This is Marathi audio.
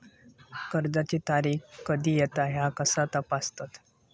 कर्जाची तारीख कधी येता ह्या कसा तपासतत?